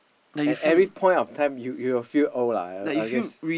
at every point of time you you will feel old lah I I guess